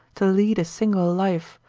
to lead a single life,